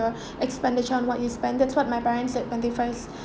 ~ur expenditure on what you spend that's what my parents said when they first